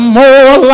more